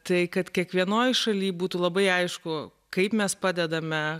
tai kad kiekvienoj šaly būtų labai aišku kaip mes padedame